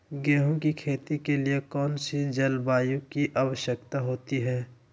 गेंहू की खेती के लिए कौन सी जलवायु की आवश्यकता होती है?